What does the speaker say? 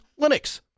Linux